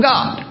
God